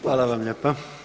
Hvala vam lijepa.